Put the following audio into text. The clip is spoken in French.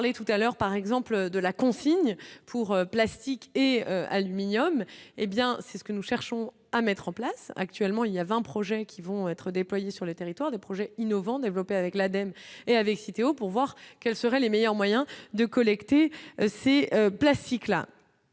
je parlais tout à l'heure par exemple de la consigne pour plastique et aluminium, hé bien c'est ce que nous cherchons à mettre en place actuellement, il y a 20 projets qui vont être déployés sur le territoire de projets innovants développés avec l'Adem et avait cité au pour voir quelles seraient les meilleurs moyens de collecter c'est plastique là.